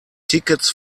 tickets